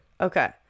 okay